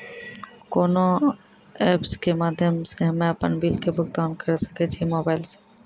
कोना ऐप्स के माध्यम से हम्मे अपन बिल के भुगतान करऽ सके छी मोबाइल से?